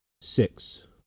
six